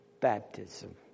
baptism